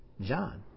John